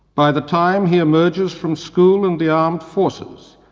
by the time he emerges from school and the armed forces,